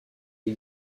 les